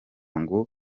ngo